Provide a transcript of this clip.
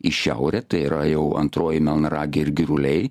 į šiaurę tai yra jau antroji melnragė ir giruliai